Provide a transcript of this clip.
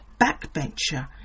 backbencher